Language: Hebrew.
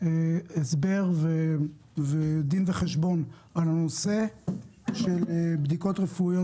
הסבר ודין וחשבון על הנושא של בדיקות רפואיות